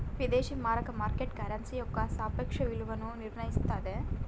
విదేశీ మారక market currency యొక్క సాపేక్ష విలువను నిర్ణయిస్తన్నాది